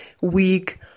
week